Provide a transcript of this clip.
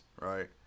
right